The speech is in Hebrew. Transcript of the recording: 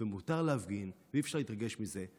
מותר להפגין ואי-אפשר להתרגש מזה,